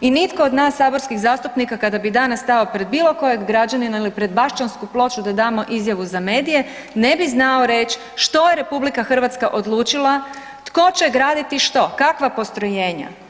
i nitko od nas saborskih zastupnika kada bi danas stao pred bilo kojeg građanina ili pred Bašćansku ploču da damo izjavu za medije ne bi znao reć što je RH odlučila tko će graditi što, kakva postrojenja?